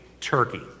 Turkey